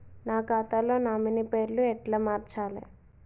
నా ఖాతా లో నామినీ పేరు ఎట్ల మార్చాలే?